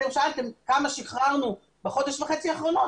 אתם שאלתם כמה שחררנו בחודש וחצי האחרונים,